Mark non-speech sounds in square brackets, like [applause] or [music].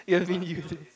you have been [laughs] using